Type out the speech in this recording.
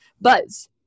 buzz